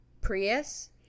Prius